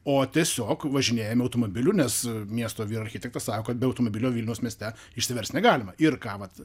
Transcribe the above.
o tiesiog važinėjame automobiliu nes miesto vyr architektas sako kad be automobilio vilniaus mieste išsiverst negalima ir ką vat